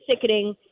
sickening